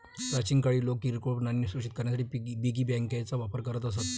प्राचीन काळी लोक किरकोळ नाणी सुरक्षित करण्यासाठी पिगी बँकांचा वापर करत असत